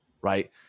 right